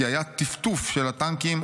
כי היה 'טפטוף' של הטנקים,